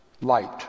light